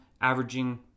averaging